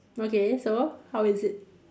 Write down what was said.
okay so how is it